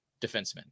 defensemen